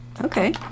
Okay